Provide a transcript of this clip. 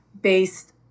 based